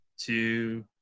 two